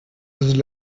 this